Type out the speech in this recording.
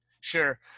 Sure